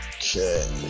Okay